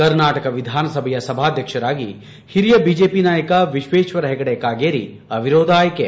ಕರ್ನಾಟಕ ವಿಧಾನಸಭೆಯ ಸಭಾಧ್ಯಕ್ಷರಾಗಿ ಹಿರಿಯ ಬಿಜೆಪಿ ನಾಯಕ ವಿಶ್ವೇಶ್ವರ ಹೆಗಡೆ ಕಾಗೇರಿ ಅವಿರೋಧ ಆಯ್ಕೆ